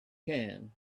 can